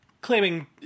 Claiming